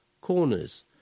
corners